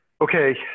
Okay